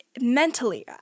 mentally